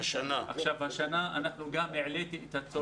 גם השנה העליתי את הצורך.